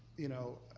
you know,